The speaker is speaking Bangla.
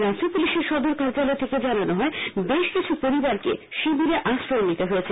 রাজ্য পুলিশের সদর কার্যালয় থেকে জানানো হয় বেশ কিছু পরিবারকে শিবিরে আশ্রয় নিতে হয়েছে